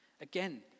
Again